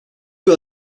bir